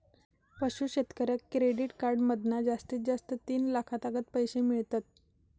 पशू शेतकऱ्याक credit card मधना जास्तीत जास्त तीन लाखातागत पैशे मिळतत